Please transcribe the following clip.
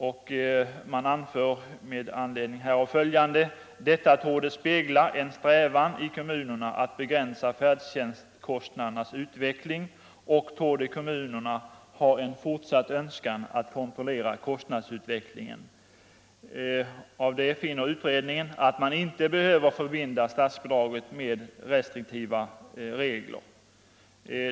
Med anledning härav anför man följande: ”Detta torde spegla en strävan i kommunerna att begränsa färdtjänstkostnadernas utveckling” och ”torde kommunerna ha en fortsatt önskan att kontrollera kostnadsutvecklingen”. Av detta finner utredningen att man inte behöver förbinda statsbidraget med restriktiva regler.